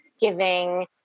giving